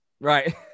Right